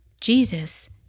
Jesus